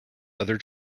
other